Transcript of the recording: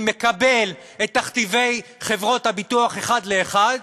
מקבל את תכתיבי חברות הביטוח אחד לאחד,